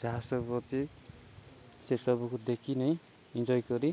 ଯାହା ସବୁ ଅଛି ସେସବୁକୁ ଦେଖି ନେଇଁ ଏଇନ୍ଜୟ କରି